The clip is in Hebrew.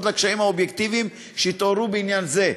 לקשיים האובייקטיביים שהתעוררו בעניין זה.